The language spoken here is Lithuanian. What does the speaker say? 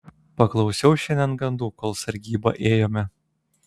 paklausiau šiandien gandų kol sargybą ėjome